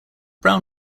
brown